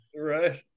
Right